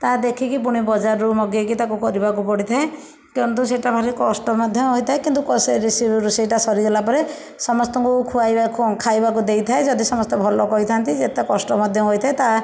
ତାହା ଦେଖିକି ପୁଣି ବଜାରରୁ ମଗେଇକି ତାକୁ କରିବାକୁ ପଡ଼ିଥାଏ କିନ୍ତୁ ସେଇଟା ଭାରି କଷ୍ଟ ମଧ୍ୟ ହୋଇଥାଏ କିନ୍ତୁ ରୋଷେଇଟା ସରିଗଲା ପରେ ସମସ୍ତଙ୍କୁ ଖୁଆଇବାକୁ ଖାଇବାକୁ ଦେଇଥାଏ ଯଦି ସମସ୍ତେ ଭଲ କହିଥାନ୍ତି ଯେତେ କଷ୍ଟ ମଧ୍ୟ ହୋଇଥାଏ ତାହା